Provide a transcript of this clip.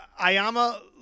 Ayama